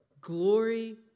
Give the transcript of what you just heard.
Glory